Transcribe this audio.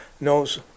knows